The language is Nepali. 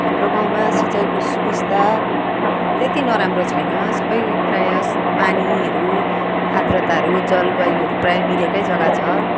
हाम्रो गाउँमा सिँचाइको सुबिस्ता त्यति नराम्रो छैन सब प्रायः पानीहरू आद्रताहरू जलवायुहरू प्रायः मिलेको जगा छ